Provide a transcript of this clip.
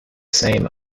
same